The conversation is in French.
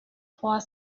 trois